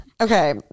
Okay